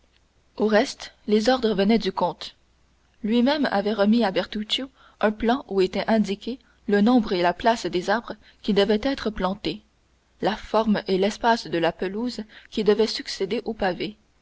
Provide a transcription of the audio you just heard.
au reste les ordres venaient du comte lui-même avait remis à bertuccio un plan où étaient indiqués le nombre et la place des arbres qui devaient être plantés la forme et l'espace de la pelouse qui devait succéder aux pavés